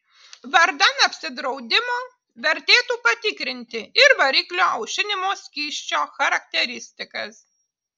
vardan apsidraudimo vertėtų patikrinti ir variklio aušinimo skysčio charakteristikas